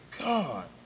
God